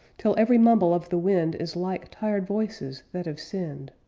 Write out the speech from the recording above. till every mumble of the wind is like tired voices that have sinned,